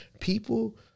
people